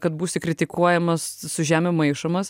kad būsi kritikuojamas su žemėm maišomas